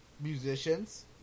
musicians